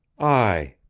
i,